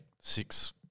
six